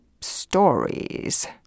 stories